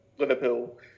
Liverpool